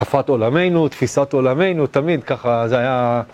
עפת עולמנו, תפיסת עולמנו, תמיד ככה, זה היה...